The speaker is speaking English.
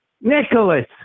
Nicholas